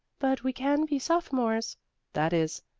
but we can be sophomores that is,